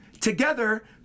together